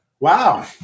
Wow